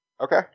Okay